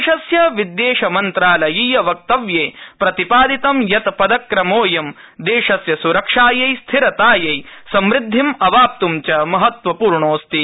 देशस्य विदेशमन्त्रालयीय वक्तव्ये प्रतिपादितं यत् पदक्रमोऽयं देशयोसुरक्षाय स्थिरतायसिमृद्धिम् अवाप्त् च महत्वपूर्णोऽस्ति